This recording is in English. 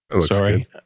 sorry